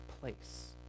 place